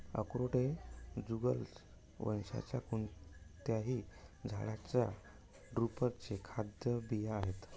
अक्रोड हे जुगलन्स वंशाच्या कोणत्याही झाडाच्या ड्रुपचे खाद्य बिया आहेत